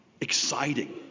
exciting